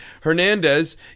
Hernandez